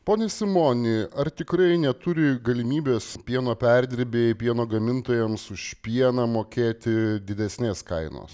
ponia simoni ar tikrai neturi galimybės pieno perdirbėjai pieno gamintojams už pieną mokėti didesnės kainos